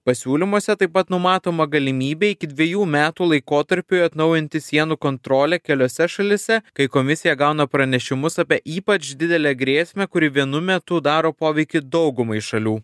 pasiūlymuose taip pat numatoma galimybė iki dviejų metų laikotarpiui atnaujinti sienų kontrolę keliose šalyse kai komisija gauna pranešimus apie ypač didelę grėsmę kuri vienu metu daro poveikį daugumai šalių